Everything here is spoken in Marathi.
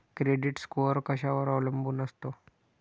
क्रेडिट स्कोअर कशावर अवलंबून असतो?